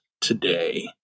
today